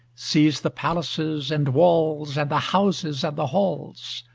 sees the palaces and walls, and the houses and the halls!